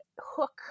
hook